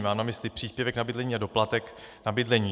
Mám na mysli příspěvek na bydlení a doplatek na bydlení.